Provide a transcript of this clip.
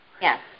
Yes